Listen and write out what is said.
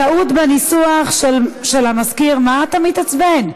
טעות בניסוח של המזכיר, מה אתה מתעצבן?